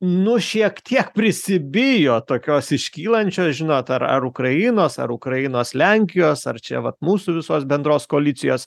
nu šiek tiek prisibijo tokios iškylančios žinot ar ar ukrainos ar ukrainos lenkijos ar čia vat mūsų visos bendros koalicijos